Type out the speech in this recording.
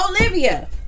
Olivia